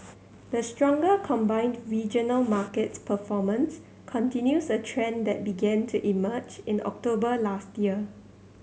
the stronger combined regional markets performance continues a trend that began to emerge in October last year